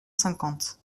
cinquante